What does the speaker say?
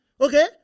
Okay